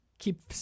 Keep